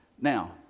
Now